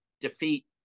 defeat